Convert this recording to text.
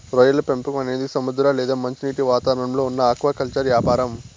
రొయ్యల పెంపకం అనేది సముద్ర లేదా మంచినీటి వాతావరణంలో ఉన్న ఆక్వాకల్చర్ యాపారం